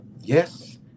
Yes